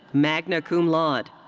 magna cum laude.